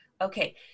Okay